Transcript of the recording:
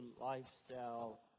lifestyle